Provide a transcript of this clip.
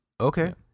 okay